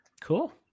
Cool